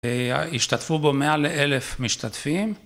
השתתפו בו מעל לאלף משתתפים.